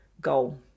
goal